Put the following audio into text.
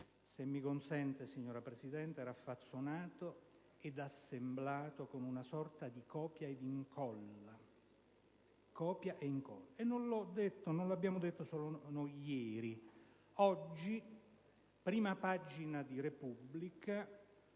se mi consente, signora Presidente - raffazzonato ed assemblato con una sorta di copia ed incolla. E non l'abbiamo detto solo noi ieri. Oggi, sulla prima pagina della «Repubblica»,